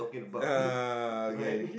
uh okay